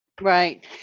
right